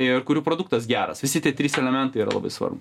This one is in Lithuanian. ir kurių produktas geras visi tie trys elementai yra labai svarbu